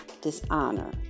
dishonor